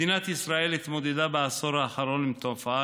מדינת ישראל התמודדה בעשור האחרון עם תופעה